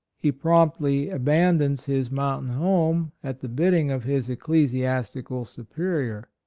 he promptly abandons his mountain home at the bidding of his ecclesiastical superior.